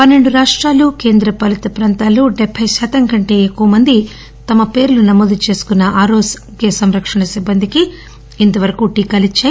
పన్నెండు రాష్టాలు కేంద్రపాలిత ప్రాంతాలు డెబ్బె శాతం కంటే ఎక్కువ మంది తమ పేర్లు నమోదు చేసుకున్న ఆరోగ్య సంరక్షణ సిబ్బందికి ఇంత వరకు టీకాలు ఇచ్చాయి